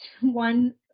one